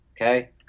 Okay